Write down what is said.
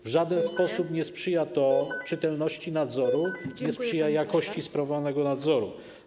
W żaden sposób nie sprzyja to czytelności nadzoru, nie sprzyja to jakości sprawowanego nadzoru.